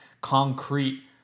concrete